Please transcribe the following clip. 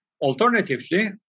Alternatively